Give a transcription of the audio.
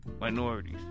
minorities